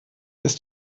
ist